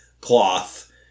cloth